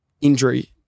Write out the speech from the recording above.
injury